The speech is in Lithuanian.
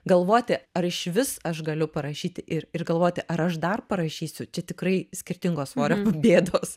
galvoti ar išvis aš galiu parašyti ir ir galvoti ar aš dar parašysiu čia tikrai skirtingo svorio bėdos